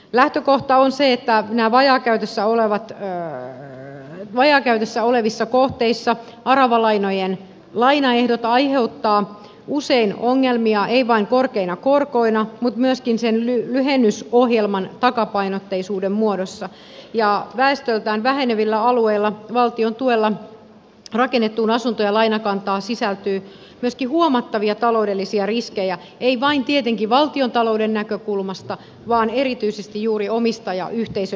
lähtökohta on se että näissä vajaakäytössä olevissa kohteissa aravalainojen lainaehdot aiheuttavat usein ongelmia ei vain korkeina korkoina mutta myöskin sen lyhennysohjelman takapainotteisuuden muodossa ja väestöltään vähenevillä alueilla valtion tuella rakennettuun asunto ja lainakantaan sisältyy myöskin huomattavia taloudellisia riskejä ei vain tietenkin valtiontalouden näkökulmasta vaan erityisesti juuri omistajayhteisön näkökulmasta